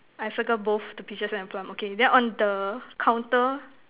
I circle both the peaches and the plum okay then on the counter